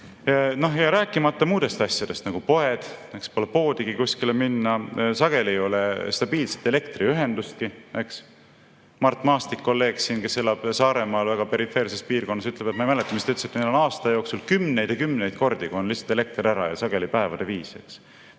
Rääkimata muudest asjadest, nagu poed. Näiteks [mõnes kohas] pole poodigi, [ei ole] kuskile minna. Sageli ei ole stabiilset elektriühendustki. Mart Maastik, kolleeg, kes elab Saaremaal väga perifeerses piirkonnas, ütleb – ma ei mäleta, mis ta ütles –, et neil on aasta jooksul kümneid ja kümneid kordi, kui on lihtsalt elekter ära ja sageli päevade viisi.